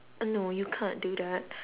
uh no you can't do that one